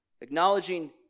Acknowledging